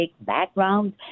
background